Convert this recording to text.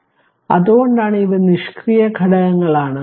അതിനാൽ അതുകൊണ്ടാണ് ഇവ നിഷ്ക്രിയ ഘടകങ്ങളാണ്